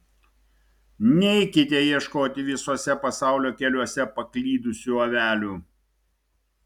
neikite ieškoti visuose pasaulio keliuose paklydusių avelių